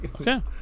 Okay